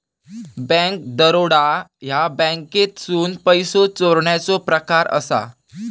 bank दरोडा ह्या बँकेतसून पैसो चोरण्याचो प्रकार असा